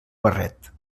barret